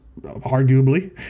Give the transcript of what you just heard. arguably